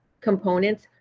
components